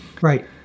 Right